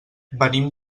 venim